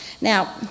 Now